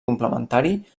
complementari